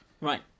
Right